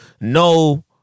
No